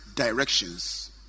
directions